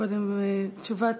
קודם תשובת